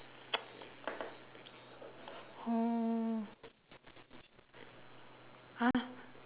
mm !huh!